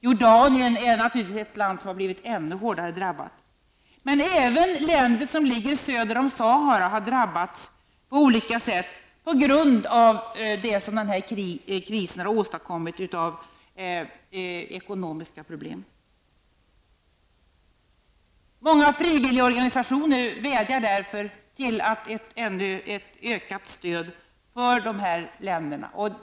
Jordanien är ett land som har blivit ännu hårdare drabbat. Men även länder söder om Sahara har drabbats på olika sätt på grund av de ekonomiska problem som detta krig har åstadkommit. Många frivilligorganisationer vädjar därför om ökat stöd för dessa länder.